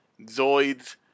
Zoid's